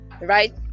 right